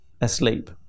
asleep